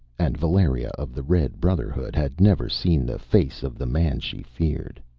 and valeria of the red brotherhood had never seen the face of the man she feared.